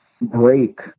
break